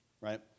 right